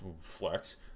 Flex